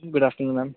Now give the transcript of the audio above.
good afternoon ma'am